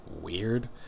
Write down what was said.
weird